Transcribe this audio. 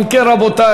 רבותי,